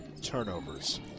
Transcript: turnovers